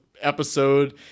episode